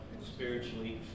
spiritually